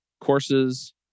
courses